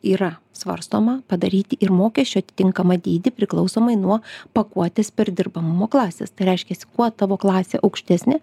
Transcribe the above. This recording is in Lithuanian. yra svarstoma padaryti ir mokesčių atitinkamą dydį priklausomai nuo pakuotės perdirbamumo klasės tai reiškiasi kuo tavo klasė aukštesnė